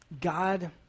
God